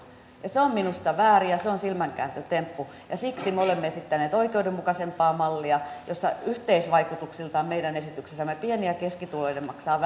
ja se on minusta väärin ja se on silmänkääntötemppu ja siksi me olemme esittäneet oikeudenmukaisempaa mallia jossa yhteisvaikutuksiltaan meidän esityksessämme pieni ja keskituloinen maksavat